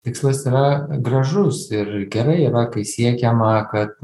tikslas yra gražus ir gerai yra kai siekiama kad